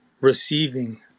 receiving